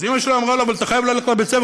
אימא שלו אמרה לו: אבל אתה חייב ללכת לבית-הספר,